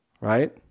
right